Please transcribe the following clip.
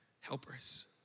helpers